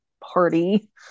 party